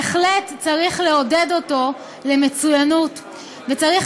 בהחלט צריך לעודד אותו למצוינות וצריך